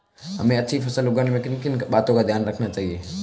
हमें अच्छी फसल उगाने में किन किन बातों का ध्यान रखना चाहिए?